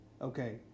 Okay